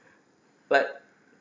but